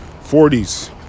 40s